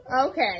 Okay